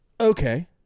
Okay